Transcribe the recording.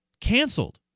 canceled